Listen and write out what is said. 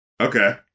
Okay